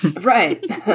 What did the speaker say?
Right